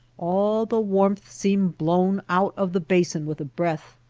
all the warmth seemed blown out of the basin with a breath,